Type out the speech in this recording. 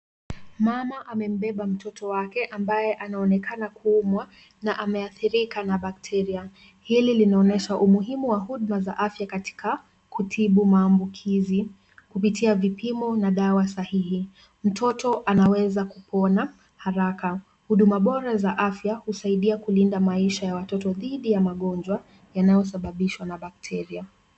Mama amembeba mtoto wake ambaye anaonekana kuumwa na ameathirika na bakteria. Hili linaonyesha umuhimu wa huduma za afya katika kutibu maambukizi kupitia vipimo na dawa sahihi, mtoto anaweza kupona haraka. Huduma bora za afya husaidia kulinda maisha ya watoto dhidi ya magonjwa yanayosababishwa na bakteria.